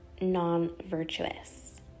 non-virtuous